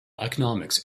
economics